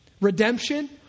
Redemption